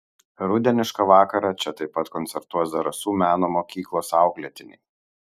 rudenišką vakarą čia taip pat koncertuos zarasų meno mokyklos auklėtiniai